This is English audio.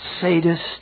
sadist